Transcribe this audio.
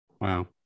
Wow